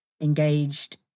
engaged